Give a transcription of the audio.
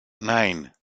nine